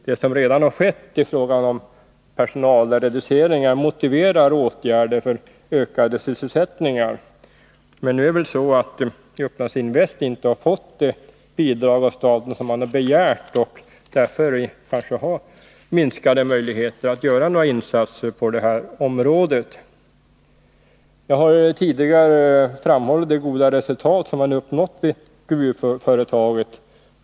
Vad som redan har skett i fråga om personalreducering motiverar åtgärder för att få till stånd en ökning av sysselsättningen. Nu har väl inte Upplands Invest fått det begärda bidraget av staten, varför det kanske inte finns så stora möjligheter att göra insatser på detta område. Jag har tidigare framhållit att man nått ett gott resultat vid gruvföretaget.